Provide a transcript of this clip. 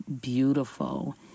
beautiful